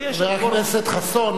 חבר הכנסת חסון,